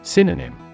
Synonym